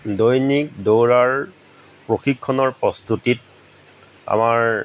দৈনিক দৌৰাৰ প্ৰক্ষিণৰ প্ৰস্তুতিত আমাৰ